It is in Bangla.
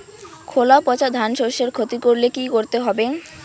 খোলা পচা ধানশস্যের ক্ষতি করলে কি করতে হবে?